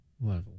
level